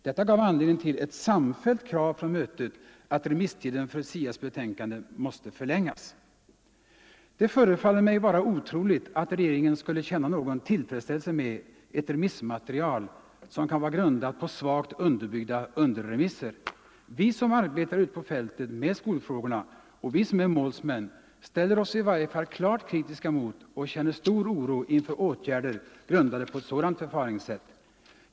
Detta gav anledning till ett samfällt krav från mötet att remisstiden för 41 SIAs betänkande måste förlängas.” Det förefaller mig vara otroligt att regeringen skulle kunna känna någon tillfredsställelse med ett remissmaterial som kan vara grundat på svagt underbyggda underremisser. Vi som arbetar ute på fältet med skolfrågorna och vi som är målsmän ställer oss i varje fall klart kritiska mot och känner stor oro inför åtgärder grundade på ett sådant förfaringssätt.